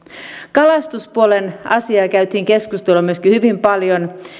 kalastuspuolen asiasta käytiin keskustelua hyvin paljon